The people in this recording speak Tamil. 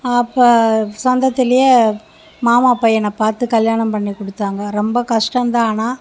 அப்போ சொந்தத்துலையே மாமா பையனை பார்த்து கல்யாணம் பண்ணி கொடுத்தாங்க ரொம்ப கஷ்டம் தான் ஆனால்